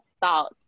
thoughts